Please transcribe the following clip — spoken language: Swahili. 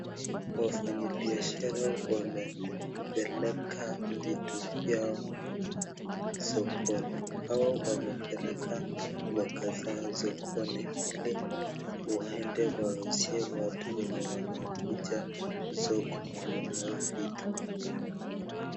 Wafanyi biashara wamepeleka vitu vyao sokoni, hawa wamepeleka mboga zao sokoni ili waende wauzie watu wenye wanakuja soko kununua vitu.